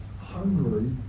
hungry